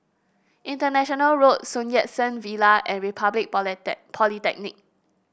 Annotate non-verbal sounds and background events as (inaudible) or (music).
International Road Sun Yat Sen Villa and Republic (unintelligible) Polytechnic